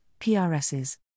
PRSs